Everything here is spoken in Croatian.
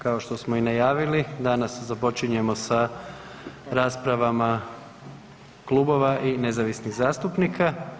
Kao što smo i najavili, danas počinjemo sa raspravama klubova i nezavisnih zastupnika.